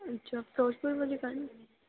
ਅੱਛਾ ਫਿਰੋਜ਼ਪੁਰ ਵਾਲੀ